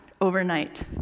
overnight